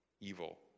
evil